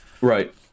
right